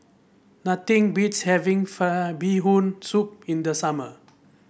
nothing beats having Bee Hoon Soup in the summer